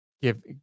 give